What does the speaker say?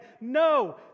No